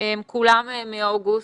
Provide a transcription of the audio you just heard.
כולם מאוגוסט,